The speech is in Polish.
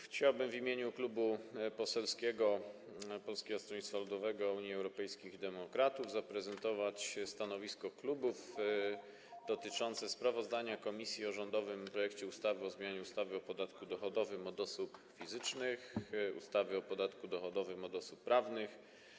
Chciałbym w imieniu Klubu Poselskiego Polskiego Stronnictwa Ludowego - Unii Europejskich Demokratów zaprezentować stanowisko klubu dotyczące sprawozdania komisji o rządowym projekcie ustawy o zmianie ustawy o podatku dochodowym od osób fizycznych, ustawy o podatku dochodowym od osób prawnych,